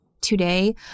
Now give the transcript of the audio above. Today